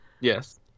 Yes